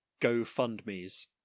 GoFundMes